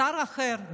בשר אחר?